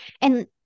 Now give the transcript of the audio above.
And-